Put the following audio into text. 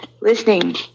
listening